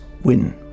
win